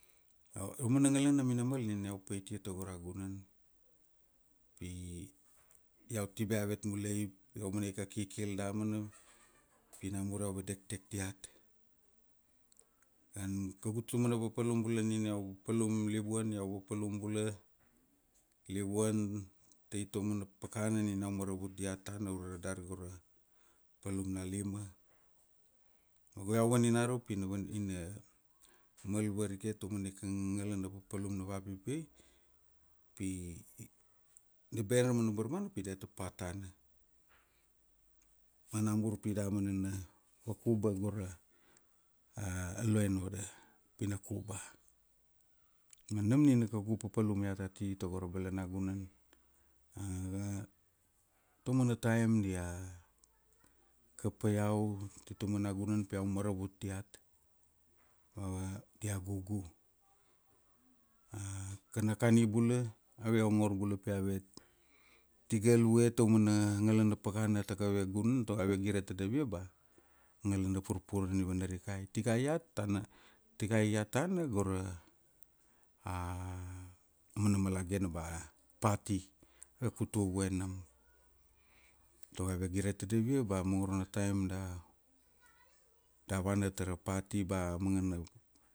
Aumana ngala na minamal nina iau paitia tago ra gunan, pi pi iau tibe avet mulai raumanaika ika kikil damana pi namur iau vadekdek diat. Kougu taumana papalum bula nina iau vapalum livuan iau vapalum bula livuan tai taumana pakana nina iau maravut diat tana ure dar go ra papalum na lima, ma go iau vaninara upi na van ina mal varike taumana ika ngalana papalum navapipia, pi na ben ra mana barmana pi diata pat ta na. Ma namur pi damana na vakuba go ra lo en oda pina kuba, ma nam nina kaugu papalum iat ati tago ra balanagunan, taumana taim dia kapa iau tai taumana gunan pi iau maravut diat, dia gugu. Kan a kani bula ave ongor bula pi ave tigal vue taumana ngalana pakana ta kaveve gunan tago ave gire tadapia bea, ngalana purpuruan nina vanarikai, tikai iat tana tikai iat tana gora aumana malagene ba pati, da kutu vue nam tago ave gire tadapia ba mongoro na taim da vana tara pati ba mangana.